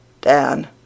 Dan